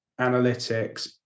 analytics